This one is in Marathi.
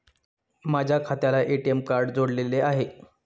माझ्या खात्याला ए.टी.एम कार्ड जोडलेले आहे